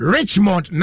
Richmond